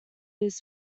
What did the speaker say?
his